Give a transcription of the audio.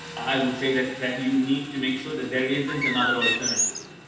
i would say that that you need to make sure that there isn't another alternative.